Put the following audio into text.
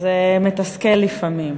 זה מתסכל לפעמים.